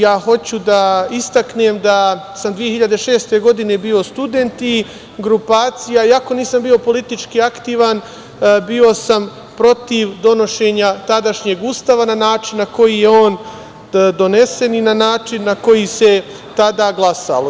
Ja hoću da istaknem da sam 2006. godine bio student i, iako nisam bio politički aktivan, bio sam protiv donošenja tadašnjeg Ustava na način na koji je on donesen i na način na koji se tada glasalo.